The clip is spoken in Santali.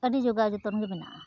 ᱟᱹᱰᱤ ᱡᱚᱜᱟᱣ ᱡᱚᱛᱚᱱ ᱜᱮ ᱢᱮᱱᱟᱜᱼᱟ